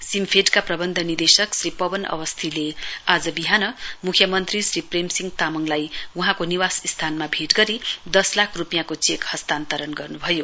SIMFED का प्रबन्ध निदेशक श्री पवन अवस्थीले आज बिहान मुख्यमन्त्री श्री प्रेम तामङसित वहाँको निवासस्थानमा भेट गरी दस लाख रुपियाँको चेक हस्तान्तरण गर्नुभयो